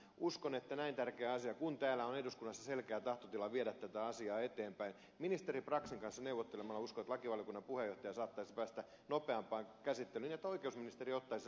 uskon että näin tärkeässä asiassa kun täällä eduskunnassa on selkeä tahtotila viedä tätä asiaa eteenpäin ministeri braxin kanssa neuvottelemalla lakivaliokunnan puheenjohtaja saattaisi päästä tässä nopeampaan käsittelyyn niin että oikeusministeriö ottaisi sen omaan valmisteluun